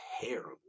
terrible